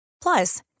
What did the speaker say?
Plus